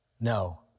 No